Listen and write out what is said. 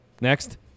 next